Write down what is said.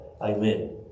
Amen